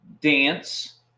dance